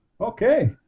okay